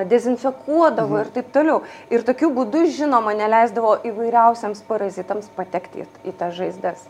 dezinfekuodavo ir taip toliau ir tokiu būdu žinoma neleisdavo įvairiausiems parazitams patekti į į tas žaizdas